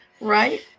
Right